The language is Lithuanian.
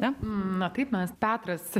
na na taip mes petras